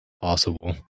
possible